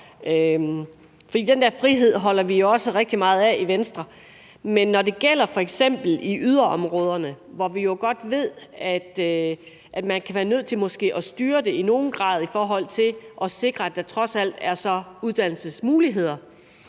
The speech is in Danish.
den der frihed holder vi jo også rigtig meget af i Venstre, men når det gælder f.eks. yderområderne, ved vi jo godt, at man kan være nødt til måske at styre det i nogen grad i forhold til at sikre, at der så trods alt er uddannelsesmuligheder.